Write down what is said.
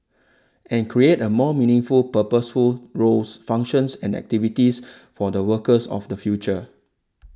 and create a more meaningful purposeful roles functions and activities for the workers of the future